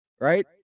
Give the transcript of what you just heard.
right